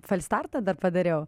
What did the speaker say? folstartą dar padariau